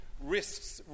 risks